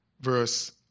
verse